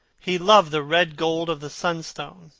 he loved the red gold of the sunstone,